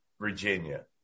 Virginia